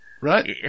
Right